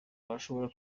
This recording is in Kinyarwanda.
bashobora